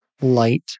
light